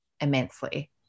immensely